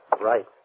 Right